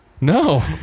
no